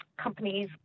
companies